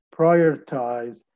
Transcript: prioritize